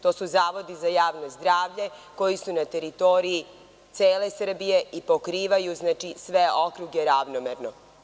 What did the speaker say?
To su zavodi za javno zdravlje koji su na teritoriji cele Srbije i pokrivaju sve okruge ravnomerno.